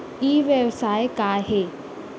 ई व्यवसाय का हे?